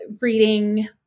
reading